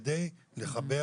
כדי לחבר